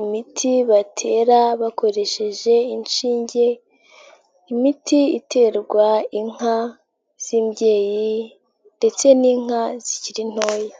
imiti batera bakoresheje inshinge, imiti iterwa inka z'imbyeyi ndetse n'inka zikiri ntoya.